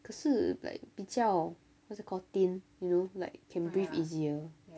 可是 like 比较 what's it called thin you know like can breathe easier